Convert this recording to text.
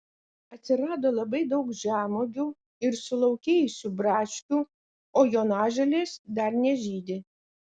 atsirado labai daug žemuogių ir sulaukėjusių braškių o jonažolės dar nežydi